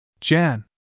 Jan